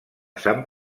sant